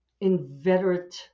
inveterate